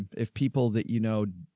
if people that, you know.